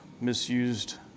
misused